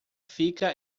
fica